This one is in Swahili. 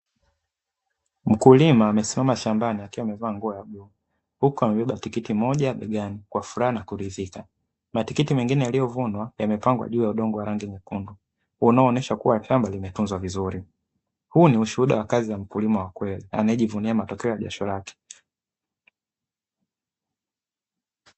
Mkulima amesimama shambani akiwa amevaa nguo ya bluu, huku amebeba tikitiki moja begani kwa furaha na kuridhika, matikiti mengine yaliyovunwa yamepangwa juu ya udongo mwekundu, unaoonesha kuwa shamba limetunzwa vizuri, huu ni ushuhuda wa kazi ya mkulima wa kweli anayejivunia matokeo ya biashara yake.